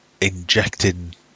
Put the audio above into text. injecting